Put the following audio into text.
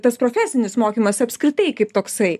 tas profesinis mokymas apskritai kaip toksai